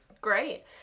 Great